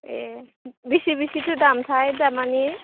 ए बेसे बेसेथो दामथाय दामानि